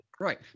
Right